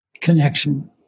connection